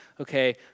okay